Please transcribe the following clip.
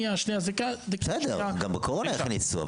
בסדר, גם בקורונה הכניסו.